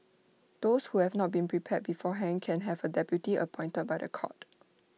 those who have not been prepared beforehand can have A deputy appointed by The Court